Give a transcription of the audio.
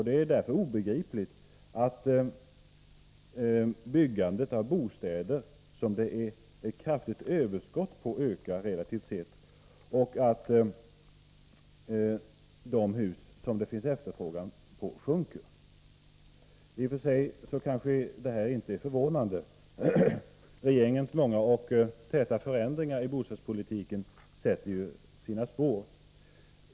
Det är därför obegripligt att byggandet av bostäder som det är ett kraftigt överskott på ökar relativt sett och att byggandet av hus som det finns efterfrågan på sjunker. I och för sig är kanske inte detta förvånande. Rege ringens många och täta förändringar i bostadspolitiken sätter ju sina spår.